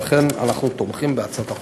לכן אנחנו תומכים בהצעת החוק.